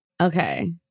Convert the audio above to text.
Okay